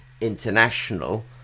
international